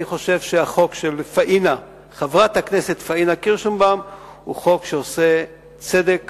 אני חושב שהחוק של חברת הכנסת פניה קירשנבאום הוא חוק שעושה צדק